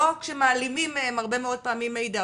לא כשמעלימים הרבה מאוד פעמים מידע,